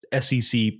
SEC